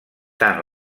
tant